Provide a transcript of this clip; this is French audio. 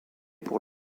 pour